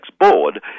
board